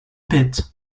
pit